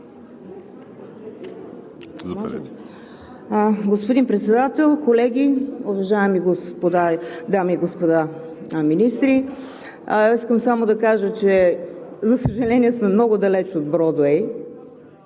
Господин Председател, колеги, уважаеми дами и господа министри! Искам само да кажа, че, за съжаление, сме много далеч от "Бродуей".